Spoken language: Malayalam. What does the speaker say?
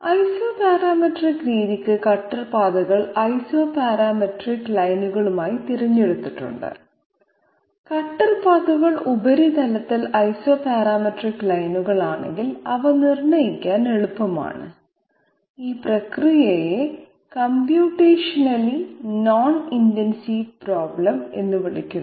ഐസോപാരാമെട്രിക് രീതിക്ക് കട്ടർ പാതകൾ ഐസോപാരാമെട്രിക് ലൈനുകളായി തിരഞ്ഞെടുത്തിട്ടുണ്ട് കട്ടർ പാത്തുകൾ ഉപരിതലത്തിൽ ഐസോപാരാമെട്രിക് ലൈനുകളാണെങ്കിൽ അവ നിർണ്ണയിക്കാൻ എളുപ്പമാണ് ഈ പ്രക്രിയയെ കമ്പ്യൂട്ടേഷണലി നോൺ ഇന്റൻസീവ് പ്രോബ്ലം എന്ന് വിളിക്കുന്നു